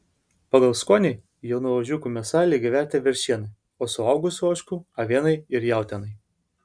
pagal skonį jaunų ožiukų mėsa lygiavertė veršienai o suaugusių ožkų avienai ir jautienai